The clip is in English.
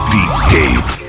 Beatscape